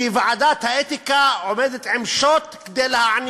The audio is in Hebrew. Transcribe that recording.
כי ועדת האתיקה עומדת עם שוט כדי להעניש.